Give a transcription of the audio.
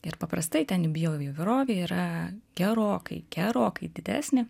ir paprastai ten bio įvairovė yra gerokai gerokai didesnė